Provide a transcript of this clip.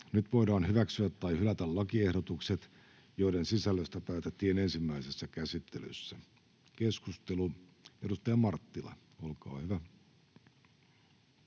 Nyt voidaan hyväksyä tai hylätä lakiehdotukset, joiden sisällöstä päätettiin ensimmäisessä käsittelyssä. — Keskustelu, edustaja Kemppi.